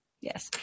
Yes